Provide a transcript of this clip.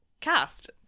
cast